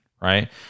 right